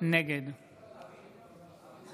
אינו נוכח